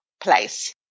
place